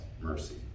mercy